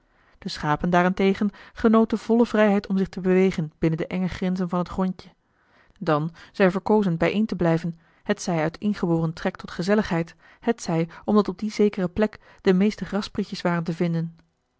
de schapen daarentegen genoten volle vrijheid om zich te bewegen binnen de enge grenzen van het grondje dan zij verkozen bijeen te blijven hetzij uit ingeboren trek tot gezelligheid hetzij omdat op die zekere plek de meeste grassprietjes waren te vinden